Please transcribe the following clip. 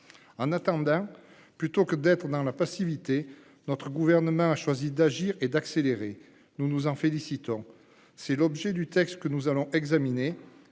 En attendant, plutôt que d'être dans la passivité, notre gouvernement a choisi d'agir et d'accélérer, et nous nous en félicitons. Tel est l'objet de ce projet de loi,